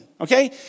Okay